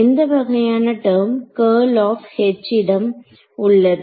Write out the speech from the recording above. எந்த வகையான term curl of H இடம் உள்ளது